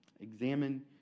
Examine